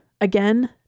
Again